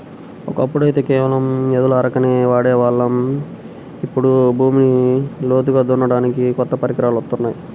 ఒకప్పుడైతే కేవలం ఎద్దుల అరకనే వాడే వాళ్ళం, ఇప్పుడు భూమిని లోతుగా దున్నడానికి కొత్త పరికరాలు వత్తున్నాయి